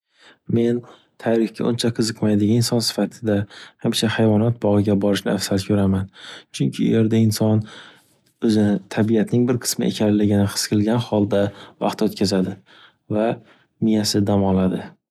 "Men tarixga uncha qiziqmaydigan inson sifatida hamisha hayvonot bog'iga borishni afsal ko'raman, chunki u yerda inson o'zini tabiatning bir qismi ekanligini his qilgan holda vaqt o'tkazadi va miyasi dam oladi.